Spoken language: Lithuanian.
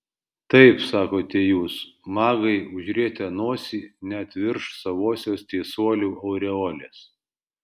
taip sakote jūs magai užrietę nosį net virš savosios teisuolių aureolės